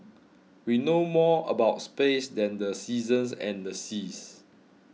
we know more about space than the seasons and the seas